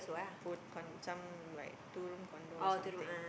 put con~ some like two room condo or something